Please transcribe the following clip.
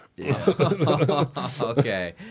okay